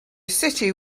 city